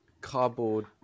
cardboard